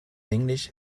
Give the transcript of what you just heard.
english